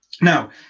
Now